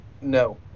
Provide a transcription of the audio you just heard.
no